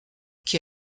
qui